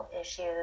issues